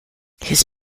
his